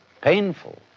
painful